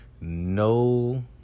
No